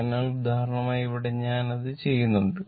അതിനാൽ ഉദാഹരണമായി ഇവിടെ ഞാൻ അത് ചെയ്യുന്നുണ്ട്